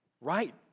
Right